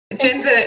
Gender